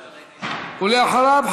ואחריו,